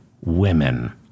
women